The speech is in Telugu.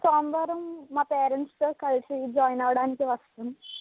సోమవారం మా పేరెంట్స్ తో కలిసి జాయిన్ అవ్వడానికి వస్తాను